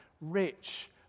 rich